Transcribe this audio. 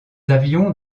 avions